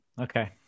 Okay